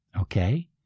Okay